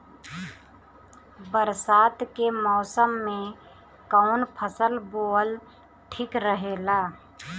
बरसात के मौसम में कउन फसल बोअल ठिक रहेला?